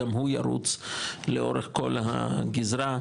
גם הוא ירוץ לאורך כל הגזרה,